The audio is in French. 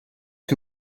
que